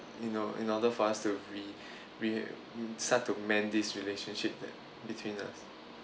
you know in order for us to re~ re~ start to mend this relationship that between us